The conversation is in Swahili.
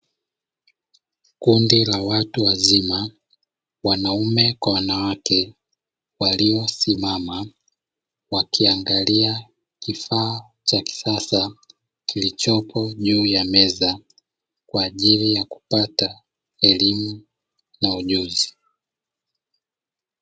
Kundi la watu wazima wanaume kwa wanawake, waliosimama wakiangalia kifaa cha kisasa kilichopo juu ya meza kwa ajili ya kupata elimu na ujuzi.